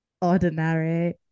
Ordinary